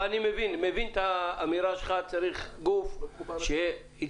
אני מבין את האמירה שלך צריך גוף שיתמקד